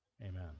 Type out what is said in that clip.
Amen